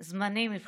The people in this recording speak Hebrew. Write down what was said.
זמני, מבחינתי,